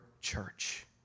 church